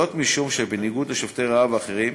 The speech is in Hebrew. זאת, משום שבניגוד לשובתי רעב אחרים,